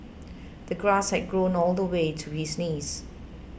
the grass had grown all the way to his knees